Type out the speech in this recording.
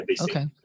Okay